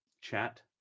Chat